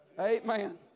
Amen